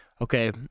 okay